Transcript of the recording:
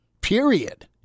period